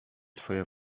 twoja